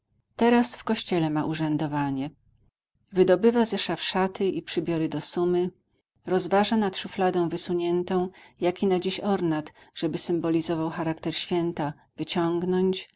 teraz w kościele ma urzędowanie wydobywa ze szaf szały i przybiory do sumy rozważa nad szufladą wysuniętą jaki na dziś ornat żeby symbolizował charakter święta wyciągnąć